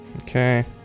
Okay